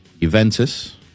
Juventus